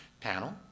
Panel